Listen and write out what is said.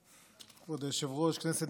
כבוד היושב-ראש, כנסת נכבדה,